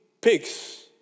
pigs